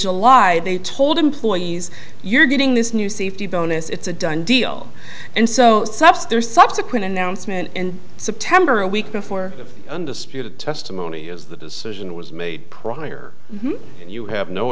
july they told employees you're getting this new safety bonus it's a done deal and so substories subsequent announcement in september a week before the undisputed testimony is the decision was made prior you have no